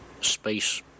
space